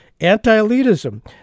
anti-elitism